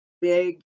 big